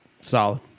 solid